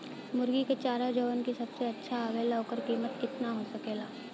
मुर्गी के चारा जवन की सबसे अच्छा आवेला ओकर कीमत केतना हो सकेला?